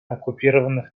оккупированных